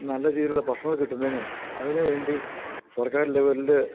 നല്ല രീതിയിലുള്ള ഭക്ഷണങ്ങൾ കിട്ടുന്നതിനും അതിനു വേണ്ടി സർക്കാർ ലെവലില്